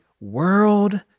World